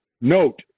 note